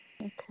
Okay